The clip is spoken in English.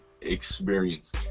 experience